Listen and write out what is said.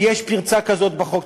אם יש פרצה כזאת בחוק,